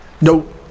Nope